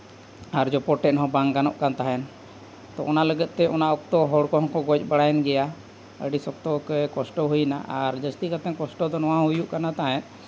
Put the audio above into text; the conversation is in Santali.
ᱟᱨ ᱡᱚᱯᱚᱴᱮᱫ ᱦᱚᱸ ᱵᱟᱝ ᱜᱟᱱᱚᱜ ᱠᱟᱱ ᱛᱟᱦᱮᱸᱫ ᱛᱚ ᱚᱱᱟ ᱞᱟᱹᱜᱤᱫᱼᱛᱮ ᱚᱱᱟ ᱚᱠᱛᱚ ᱦᱚᱲ ᱠᱚᱦᱚᱸ ᱠᱚ ᱜᱚᱡᱽ ᱵᱟᱲᱟᱭᱮᱱ ᱜᱮᱭᱟ ᱟᱹᱰᱤ ᱥᱚᱠᱛᱚᱜᱮ ᱠᱚᱥᱴᱚ ᱦᱩᱭᱱᱟ ᱟᱨ ᱡᱟᱹᱥᱛᱤ ᱠᱟᱛᱮᱫ ᱠᱚᱥᱴᱚ ᱫᱚ ᱱᱚᱣᱟ ᱦᱩᱭᱩᱜ ᱠᱟᱱ ᱛᱟᱦᱮᱸᱫ